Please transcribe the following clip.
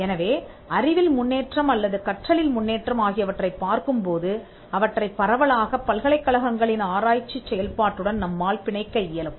எனவே அறிவில் முன்னேற்றம் அல்லது கற்றலில் முன்னேற்றம் ஆகியவற்றைப் பார்க்கும் போது அவற்றைப் பரவலாக பல்கலைக்கழகங்களின் ஆராய்ச்சிச் செயல்பாட்டுடன் நம்மால் பிணைக்க இயலும்